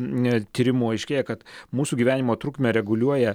ne tyrimų aiškėja kad mūsų gyvenimo trukmę reguliuoja